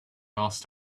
asked